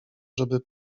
żeby